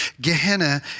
Gehenna